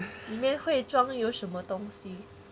里面会装有什么东西